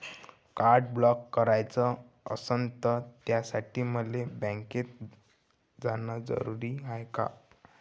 Card block कराच असनं त त्यासाठी मले बँकेत जानं जरुरी हाय का?